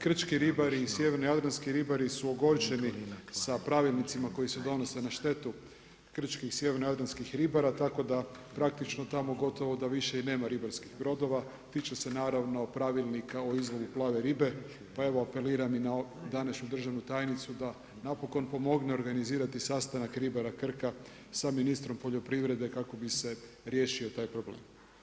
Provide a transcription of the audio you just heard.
Krčki ribari i sjevernojadranski ribari su ogorčeni sa pravilnicima koji se donose na štetu krčkih i sjevernojadranskih ribara tako da praktično tamo gotovo da više i nema ribarskih brodova, tiče se naravno pravilnika o izlovu plave ribe, pa evo, apeliram i na današnju državnu tajnici da napokon pomogne organizirati sastanak ribara Krka sa ministrom poljoprivrede kako bi se riješio taj problem.